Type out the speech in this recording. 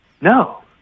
No